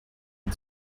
and